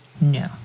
No